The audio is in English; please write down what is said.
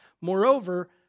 Moreover